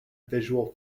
visual